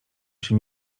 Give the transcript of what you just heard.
się